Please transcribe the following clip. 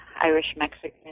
Irish-Mexican